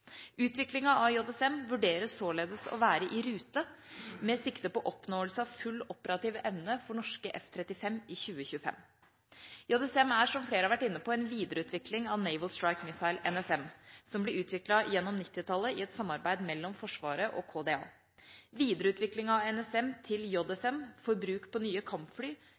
Utviklinga av JSM vurderes således å være i rute, med sikte på oppnåelse av full operativ evne for norske F-35 i 2025. JSM er, som flere har vært inne på, en videreutvikling av Naval Strike Missile, NSM, som ble utviklet gjennom 1990-tallet i et samarbeid mellom Forsvaret og KDA. Videreutviklingen av NSM til JSM, for bruk på nye kampfly,